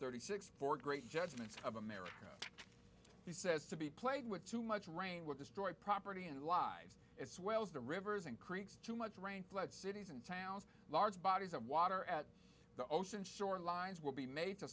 thirty six for great judgments of america he says to be played with too much rain will destroy property and lives as well as the rivers and creeks too much rain flood cities and towns large bodies of water at the ocean shorelines will be made to